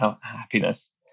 happiness